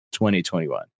2021